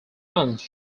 months